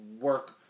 work